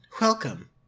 welcome